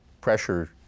pressure